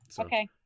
okay